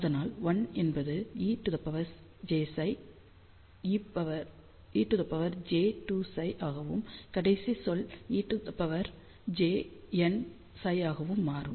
அதனால் 1 என்பது e jψ e j2ψ ஆகவும் கடைசி சொல் ejnψ ஆகவும் மாறும்